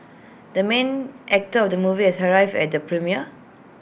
the main actor of the movie has arrived at the premiere